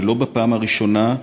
ולא בפעם הראשונה,